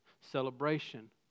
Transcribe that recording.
Celebration